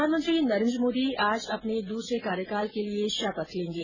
प्रधानमंत्री नरेन्द्र मोदी आज अपने दूसरे कार्यकाल के लिये शपथ लेंगे